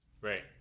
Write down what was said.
right